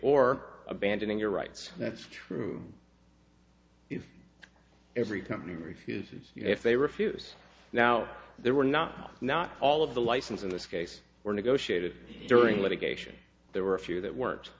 or abandoning your rights that's true if every company refuses if they refuse now there were not not all of the license in this case were negotiated during litigation there were a few that weren't